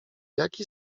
jaki